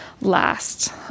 last